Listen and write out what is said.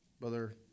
Brother